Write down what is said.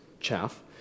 chaff